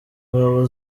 ngabo